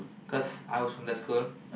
cause I was from that school